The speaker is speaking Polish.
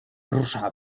rusza